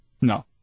no